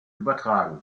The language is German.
übertragen